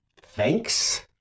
thanks